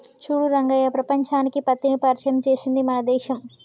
చూడు రంగయ్య ప్రపంచానికి పత్తిని పరిచయం చేసింది మన దేశం